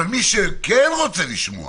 מי שכן רוצה לשמוע